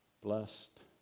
Blessed